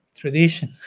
Tradition